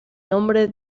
nombre